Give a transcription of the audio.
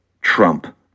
Trump